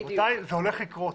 רבותיי, זה הולך לקרות.